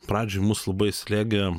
pradžioj mus labai slėgė